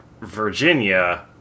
Virginia